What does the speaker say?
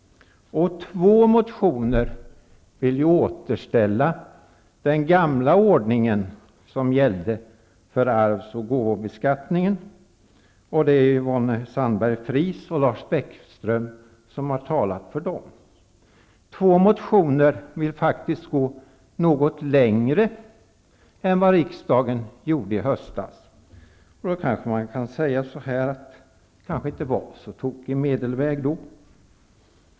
Två motioner vill återställa den gamla ordningen som gällde för arvs och gåvobeskattningen. Yvonne Sandberg-Fries och Lars Bäckström har talat för dem. I två motioner vill man faktiskt gå något längre än vad riksdagen gjorde i höstas. Man kanske kan säga att den medelvägen inte var så dum.